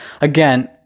again